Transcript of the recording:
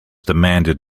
demanded